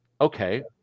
Okay